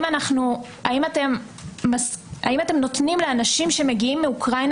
האם אתם נותנים לאנשים שמגיעים מאוקראינה,